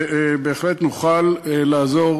ובהחלט נוכל לעזור